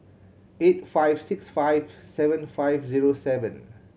eight five six five seven five zero seven